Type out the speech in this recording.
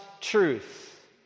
truth